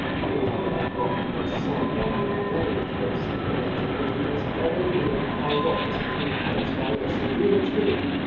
you can hardly have forgotten that some one very closely connected with you was very nearly carried off this week in paris by a severe chill.